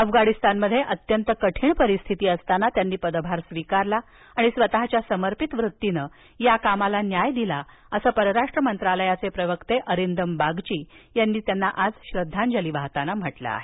अफगाणिस्तानमध्ये अत्यंत कठीण परिस्थिती असताना त्यांनी पदभार स्वीकारला आणि स्वतःच्या समर्पित वृत्तीनं या कामाला न्याय दिला असं परराष्ट्र मंत्रालयाचे प्रवक्ते अरिंदम बागची यांनी त्यांना आज श्रद्धांजली वाहताना म्हटलं आहे